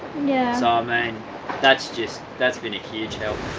yeah that's um and that's just that's been a huge help